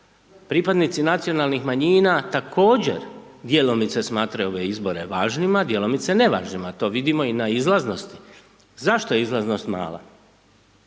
Pripadnici nacionalnih manjina također djelomice smatraju ove izbore važnima, djelomice nevažnima, to vidimo i na izlaznosti. Zašto je izlaznost mala?